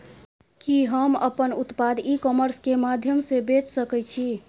कि हम अपन उत्पाद ई कॉमर्स के माध्यम से बेच सकै छी?